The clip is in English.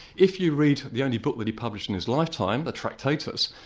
if you read the only book that he published in his lifetime, the tractatus,